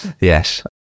Yes